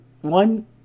one